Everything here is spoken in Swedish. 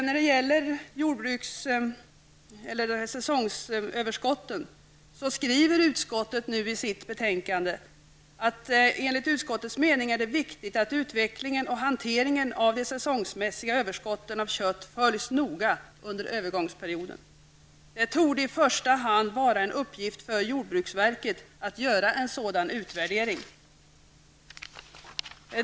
När det gäller säsongsöverskotten skriver utskottet i betänkandet: Enligt utskottets mening är det viktigt att utvecklingen och hanteringen av de säsongsmässiga överskotten av kött följs noga under övergångsperioden. Det torde i första hand vara en uppgift för jordbruksverket att göra en sådan utvärdering.